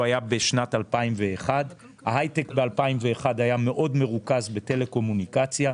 היה בשנת 2021. ההייטק בשנת 2001 היה מאוד מרוכז בטלקומוניקציה,